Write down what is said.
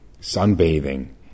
sunbathing